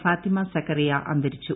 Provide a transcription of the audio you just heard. ഫാത്തിമ സക്കറിയ അന്തരിച്ചു